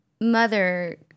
mother